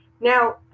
Now